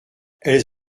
elles